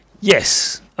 yes